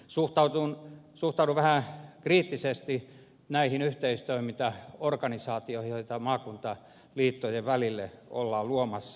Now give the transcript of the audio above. suhtaudun vähän kriittisesti näihin yhteistoimintaorganisaatioihin joita maakuntaliittojen välille ollaan luomassa